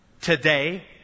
Today